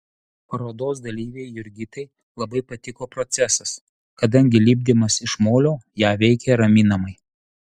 parodos dalyvei jurgitai labai patiko procesas kadangi lipdymas iš molio ją veikė raminamai